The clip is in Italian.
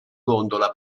gondola